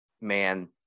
man